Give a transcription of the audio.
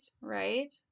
Right